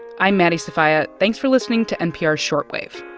i'm maddie sofia. thanks for listening to npr's short wave.